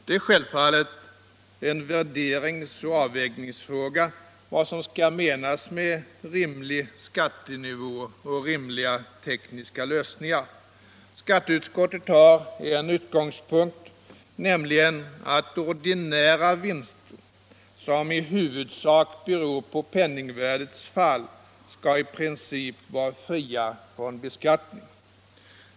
Det är självfallet en värderingsoch avvägningsfråga vad som skall menas med rimlig skattenivå och rimliga tekniska lösningar. Skatteutskottet har en utgångspunkt, nämligen att ordinära vinster, som i huvudsak beror på penningvärdets fall, i princip skall vara fria från beskattning.